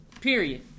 Period